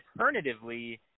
alternatively